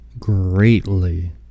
greatly